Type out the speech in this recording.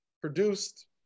produced